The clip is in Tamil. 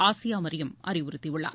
ஆசியா மரியம் அறிவுறுத்தியுள்ளார்